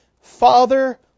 Father